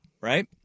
Right